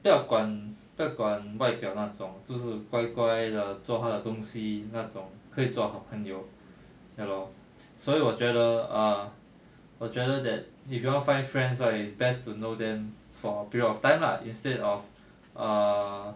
不要管不要管外表那种就是乖乖地做她的东西那种可以做好朋友 ya lor 所以我觉得 err 我觉得 that if you want find friends right is best to know them for a period of time lah instead of err